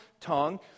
tongue